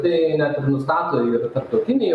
tai net ir nustato jau ta tarptautinė